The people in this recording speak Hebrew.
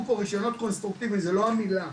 פה "רישיונות קונסטרוקטיביים" זו לא המילה,